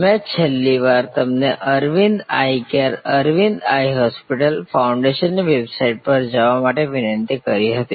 મેં છેલ્લી વાર તમને Aravind eye care Aravind eye hospital ફાઉન્ડેશનની વેબસાઈટ પર જવા માટે વિનંતી કરી હતી